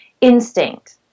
instinct